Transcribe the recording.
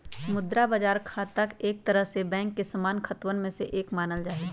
मुद्रा बाजार खाता एक तरह से बैंक के सामान्य खतवन में से एक मानल जाहई